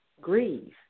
grieve